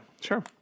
sure